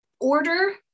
order